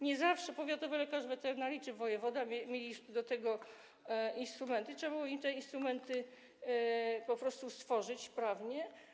Nie zawsze powiatowy lekarz weterynarii czy wojewoda mieli do tego instrumenty i trzeba było im te instrumenty po prostu stworzyć - prawnie.